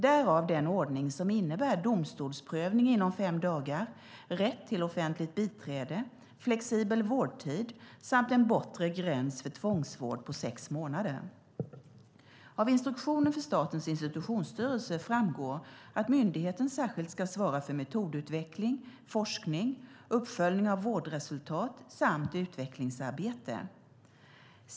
Därav den ordning som innebär domstolsprövning inom fem dagar, rätt till offentligt biträde, flexibel vårdtid samt en bortre gräns för tvångsvård på sex månader. Av instruktionen för Statens institutionsstyrelse framgår att myndigheten särskilt ska svara för metodutveckling, forskning, uppföljning av vårdresultat samt utvecklingsarbete.